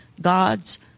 God's